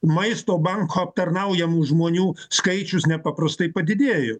maisto banko aptarnaujamų žmonių skaičius nepaprastai padidėjo